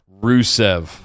Rusev